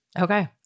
Okay